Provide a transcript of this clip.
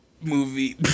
movie